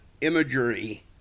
imagery